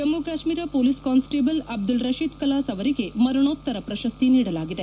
Jammu Kashmir police constable Abdul Rashid Kalas ಅವರಿಗೆ ಮರಣೋತ್ತರ ಪ್ರಶಸ್ತಿ ನೀಡಲಾಗಿದೆ